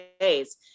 days